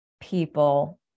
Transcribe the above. people